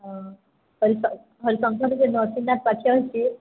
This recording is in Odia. ହଁ ହରିଶଙ୍କର ହରିଶଙ୍କର କେ ନଥିଲା ପାଖାପାଖି